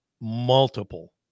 multiple